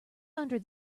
under